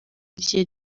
rye